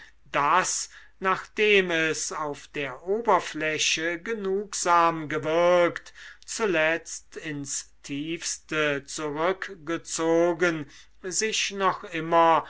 das nachdem es auf der oberfläche genugsam gewirkt zuletzt ins tiefste zurückgezogen sich noch immer